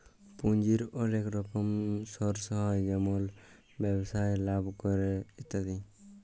পুঁজির ওলেক রকম সর্স হ্যয় যেমল ব্যবসায় লাভ ক্যরে ইত্যাদি